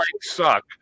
suck